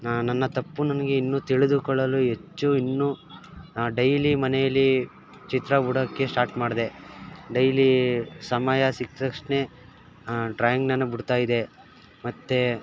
ನಾ ನನ್ನ ತಪ್ಪು ನನಗೆ ಇನ್ನೂ ತಿಳಿದುಕೊಳ್ಳಲು ಹೆಚ್ಚು ಇನ್ನೂ ಡೈಲಿ ಮನೆಯಲ್ಲಿ ಚಿತ್ರ ಬಿಡೋಕೆ ಸ್ಟಾಟ್ ಮಾಡಿದೆ ಡೈಲೀ ಸಮಯ ಸಿಕ್ಕ ತಕ್ಷಣ ಆ ಡ್ರಾಯಿಂಗನ್ನು ಬಿಡ್ತಾಯಿದ್ದೆ ಮತ್ತು